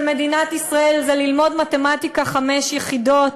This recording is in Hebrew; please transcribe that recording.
מדינת ישראל זה ללמוד מתמטיקה חמש יחידות,